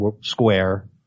Square